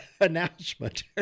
announcement